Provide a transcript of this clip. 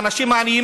האנשים העניים,